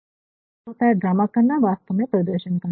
जिसका अर्थ होता है ड्रामा करना वास्तव में प्रदर्शन करना